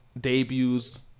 debuts